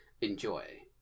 enjoy